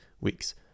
weeks